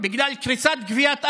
בגלל קריסת גביית ארנונה.